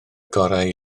gorau